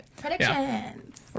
Predictions